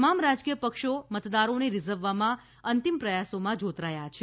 તમામ રાજકીય પક્ષો મતદારોને રીઝવવામાં અંતિમ પ્રયાસોમાં જોતરાયા છે